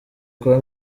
kuba